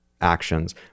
actions